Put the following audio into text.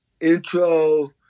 intro